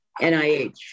NIH